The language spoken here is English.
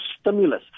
stimulus